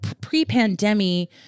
pre-pandemic